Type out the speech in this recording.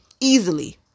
easily